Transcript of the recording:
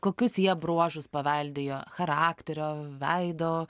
kokius jie bruožus paveldėjo charakterio veido